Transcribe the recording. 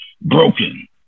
broken